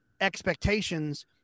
expectations